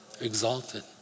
Exalted